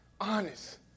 honest